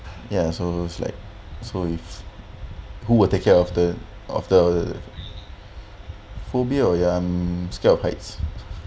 ya so like so if who will take care of the of the phobia or ya I'm scared of heights